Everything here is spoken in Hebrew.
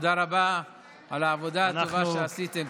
תודה רבה על העבודה הטובה שעשיתם.